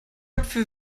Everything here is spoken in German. köpfe